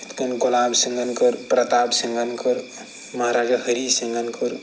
یتھ کٕنۍ گۄلاب سنگھن کٔر پرتاپ سِنگھن کٔر مہاراجہ ہری سنگھن کٔر